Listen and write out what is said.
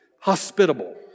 hospitable